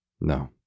No